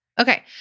Okay